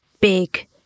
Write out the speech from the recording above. big